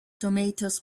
tomatoes